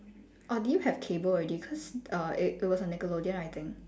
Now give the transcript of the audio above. or do you have cable already cause uh it it was on nickelodeon I think